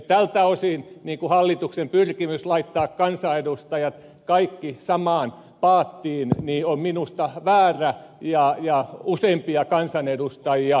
tältä osin hallituksen pyrkimys laittaa kaikki kansanedustajat samaan paattiin on minusta väärä ja useimpia kansanedustajia loukkaava